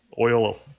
Oil